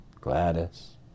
Gladys